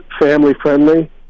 family-friendly